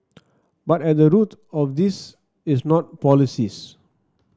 but at the root of this is not policies